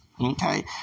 Okay